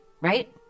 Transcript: Right